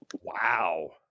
Wow